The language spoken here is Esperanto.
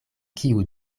kiu